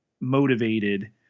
motivated